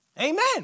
Amen